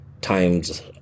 times